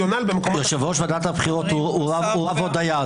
יושב-ראש ועדת הבחירות הוא רב או דיין.